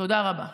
תודה רבה.